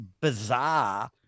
bizarre